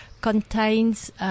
contains